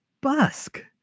busk